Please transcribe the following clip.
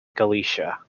galicia